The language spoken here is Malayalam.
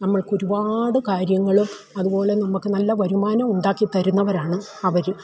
നമ്മൾക്കൊരുപാട് കാര്യങ്ങളും അതുപോലെ നമുക്ക് നല്ല വരുമാനവും ഉണ്ടാക്കി തരുന്നവരാണ് അവര്